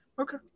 Okay